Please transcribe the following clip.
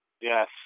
Yes